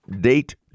date